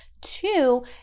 Two